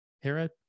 Hera